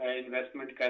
investment